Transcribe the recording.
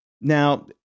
now